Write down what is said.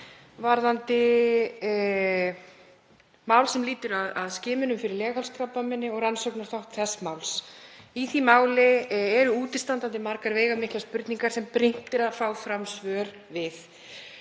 mál sem lýtur að skimun fyrir leghálskrabbameini og rannsóknarþátt þess máls. Í því máli eru útistandandi margar veigamiklar spurningar sem brýnt er að fá fram svör við,